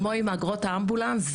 כמו באגרות האמבולנס,